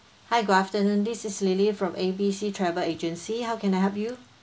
hi good afternoon this is lily from A B C travel agency how can I help you